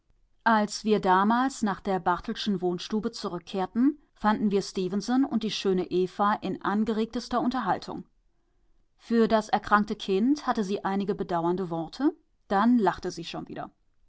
als wir damals nach der barthelschen wohnstube zurückkehrten fanden wir stefenson und die schöne eva in angeregtester unterhaltung für das erkrankte kind hatte sie einige bedauernde worte dann lachte sie schon wieder